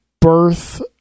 birth